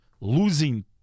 losing